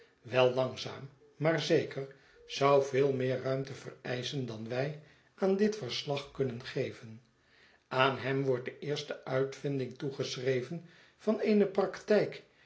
wel langzaam maar zeker zou veel meer ruimte vereischen dan wij aan dit verslag kunnen geven aan hem wordt de eerste uitvinding toegeschreven van eene practijk